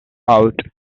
out